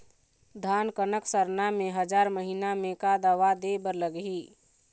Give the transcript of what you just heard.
धान कनक सरना मे हजार महीना मे का दवा दे बर लगही?